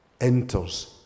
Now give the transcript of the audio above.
enters